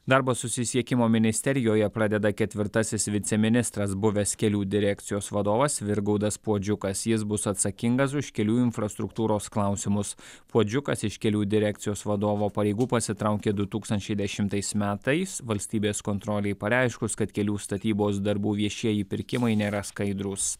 darbą susisiekimo ministerijoje pradeda ketvirtasis viceministras buvęs kelių direkcijos vadovas virgaudas puodžiukas jis bus atsakingas už kelių infrastruktūros klausimus puodžiukas iš kelių direkcijos vadovo pareigų pasitraukė du tūkstančiai dešimtais metais valstybės kontrolei pareiškus kad kelių statybos darbų viešieji pirkimai nėra skaidrūs